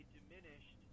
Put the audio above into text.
diminished